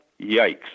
Yikes